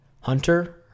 Hunter